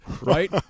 right